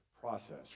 process